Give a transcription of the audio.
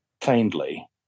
kindly